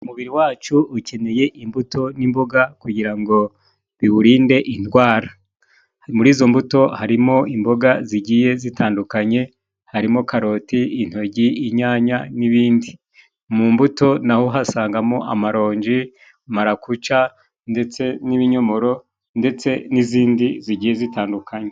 Umubiri wacu ukeneye imbuto n'imboga kugira ngo biwurinde indwara. Muri izo mbuto harimo imboga zigiye zitandukanye, harimo karoti, intogi, inyanya n'ibindi. Mu mbuto naho uhasangamo amaronji, marakuca ndetse n'ibinyomoro ,ndetse n'izindi zigiye zitandukanye.